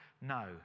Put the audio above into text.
No